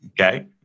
Okay